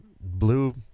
Blue